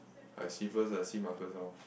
I see first ah see Marcus how